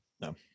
No